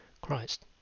Christ